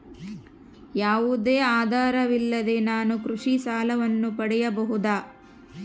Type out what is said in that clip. ಯಾವುದೇ ಆಧಾರವಿಲ್ಲದೆ ನಾನು ಕೃಷಿ ಸಾಲವನ್ನು ಪಡೆಯಬಹುದಾ?